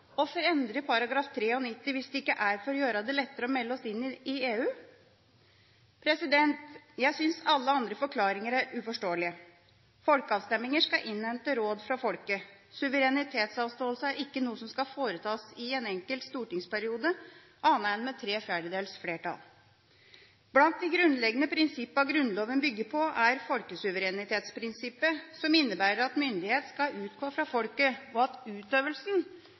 nå? Hvorfor endre § 93 hvis det ikke er for å gjøre det lettere å melde seg inn i EU? Jeg synes alle andre forklaringer er uforståelige. Folkeavstemninger skal innhente råd fra folket. Suverenitetsavståelse er ikke noe som skal foretas i en enkelt stortingsperiode annet enn med tre fjerdedels flertall. Blant de grunnleggende prinsippene Grunnloven bygger på, er folkesuverenitetsprinsippet, som innebærer at myndigheten skal utgå fra folket, og at utøvelsen